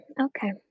okay